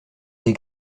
des